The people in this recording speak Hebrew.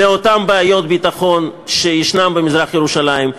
לאותן בעיות ביטחון שיש במזרח-ירושלים,